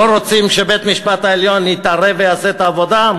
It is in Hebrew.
לא רוצים שבית-המשפט העליון יתערב ויעשה את העבודה?